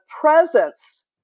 presence